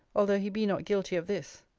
although he be not guilty of this.